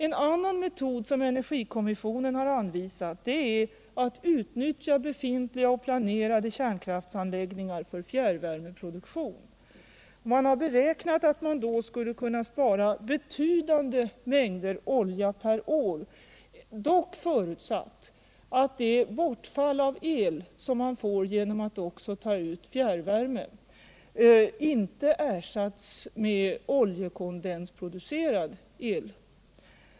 En annan metod energikomissionen anvisat är att utnyttja befintliga och planerade kärnkraftsanläggningar för fjärrvärmeproduktion. Man har beräknat att man härigenom skulle kunna spara betydande mängder olja per år, dock förutsatt att det bortfall av el som uppstår genom uttag av fjärrvärme inte ersätts med oljekondensproducerad el.